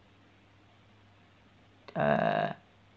uh